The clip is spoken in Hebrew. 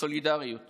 וסולידריות